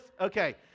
Okay